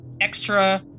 extra